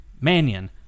Mannion